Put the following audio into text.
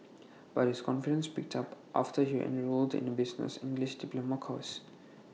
but his confidence picked up after he enrolled in A business English diploma course